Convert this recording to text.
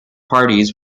parties